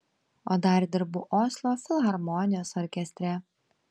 o dar dirbu oslo filharmonijos orkestre